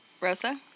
Rosa